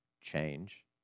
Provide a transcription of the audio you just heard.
change